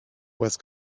was